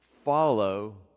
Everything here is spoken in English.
follow